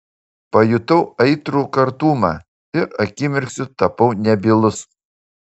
pajutau aitrų kartumą ir akimirksniu tapau nebylus